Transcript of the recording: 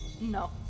No